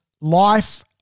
life